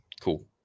Cool